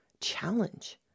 challenge